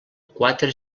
quatre